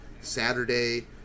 Saturday